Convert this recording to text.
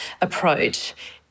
approach